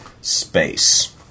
space